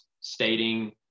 stating